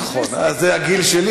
נכון, זה הגיל שלי.